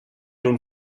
doen